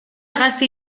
gazte